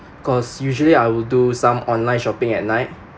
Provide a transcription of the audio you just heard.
cause usually I will do some online shopping at night